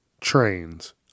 Trains